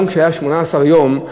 גם כשהיו 18 יום,